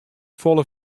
folle